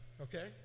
okay